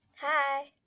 Hi